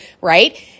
right